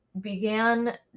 began